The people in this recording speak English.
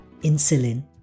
insulin